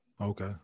okay